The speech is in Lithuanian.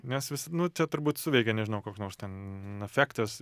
nes visi nu čia turbūt suveikia nežinau koks nors ten efektas